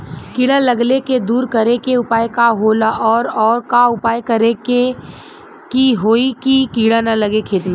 कीड़ा लगले के दूर करे के उपाय का होला और और का उपाय करें कि होयी की कीड़ा न लगे खेत मे?